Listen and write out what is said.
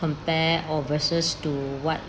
compare or versus to what